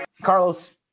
Carlos